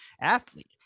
athlete